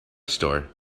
store